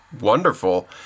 wonderful